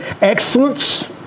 excellence